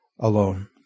alone